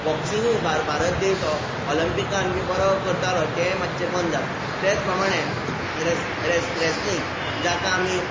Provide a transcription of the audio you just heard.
बॉक्सिंगू भार भारत देश हो ऑलंपिकान सामकें बरो करतालो तेंय मातशें बंद जालां तेंच प्रमाणे रॅस रॅस रॅसलींग जाका आमी